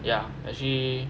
ya actually